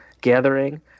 gathering